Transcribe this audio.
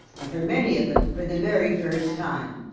and for many of them, for the very first time.